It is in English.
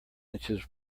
inches